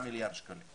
עשרה מיליארד שקלים.